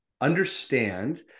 understand